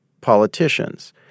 politicians